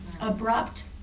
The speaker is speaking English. abrupt